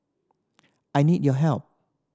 I need your help